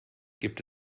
gibt